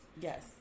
Yes